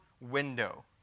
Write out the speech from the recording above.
window